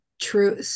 True